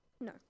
No